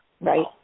right